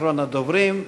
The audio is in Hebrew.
אחרון הדוברים,